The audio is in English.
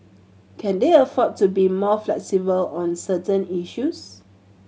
can they afford to be more flexible on certain issues